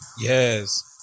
Yes